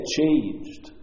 changed